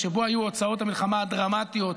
שבו הוצאות המלחמה היו דרמטיות,